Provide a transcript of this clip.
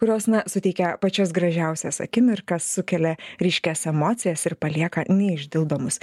kurios na suteikia pačias gražiausias akimirkas sukelia ryškias emocijas ir palieka neišdildomus